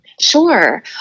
Sure